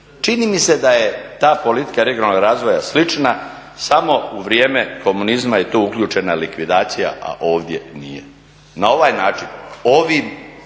Čini mi se da je ta politika regionalnog razvoja slična samo u vrijeme komunizma je tu uključena likvidacija a ovdje nije. Na ovaj način, ovi